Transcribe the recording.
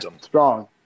Strong